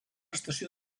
estació